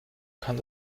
kann